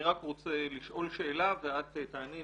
אני רק רוצה לשאול שאלה ואת תעני.